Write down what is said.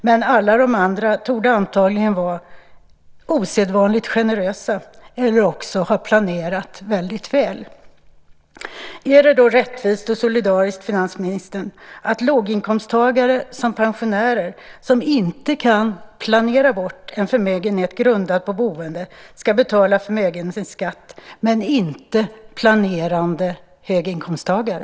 Men alla de andra torde antagligen vara osedvanligt generösa eller ha planerat väldigt väl. Är det rättvist och solidariskt, finansministern, att låginkomsttagare som pensionärer som inte kan planera bort en förmögenhet grundad på boende ska betala förmögenhetsskatt men inte planerande höginkomsttagare?